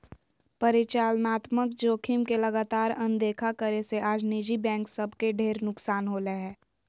परिचालनात्मक जोखिम के लगातार अनदेखा करे से आज निजी बैंक सब के ढेर नुकसान होलय हें